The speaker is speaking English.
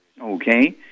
Okay